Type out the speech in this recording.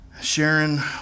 Sharon